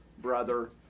brother